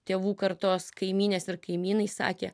tėvų kartos kaimynės ir kaimynai sakė